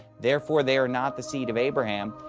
therefore they are not the seed of abraham.